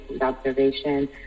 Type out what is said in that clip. observation